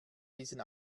diesen